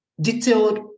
detailed